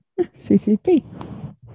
CCP